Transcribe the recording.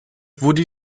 wurde